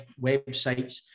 websites